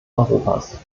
europas